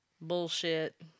Bullshit